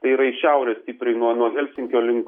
tai yra į šiaurę stipriai nuo nuo helsinkio link